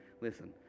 listen